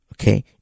Okay